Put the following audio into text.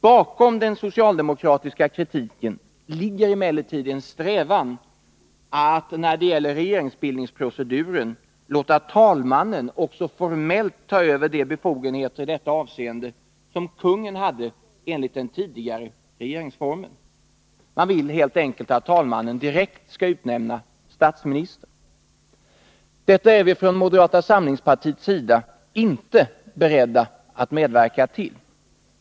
Bakom den socialdemokratiska kritiken ligger en strävan att när det gäller regeringsbildningsproceduren låta talmannen också formellt ta över de befogenheter i detta avseende som kungen hade enligt den tidigare regeringsformen. Man vill att talmannen direkt skall utnämna statsminister. Detta är vi från moderata samlingspartiets sida inte beredda att medverka till.